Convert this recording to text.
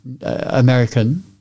American